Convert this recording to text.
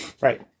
right